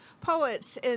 poets